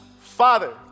Father